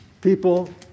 people